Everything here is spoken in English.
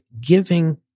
giving